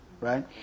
right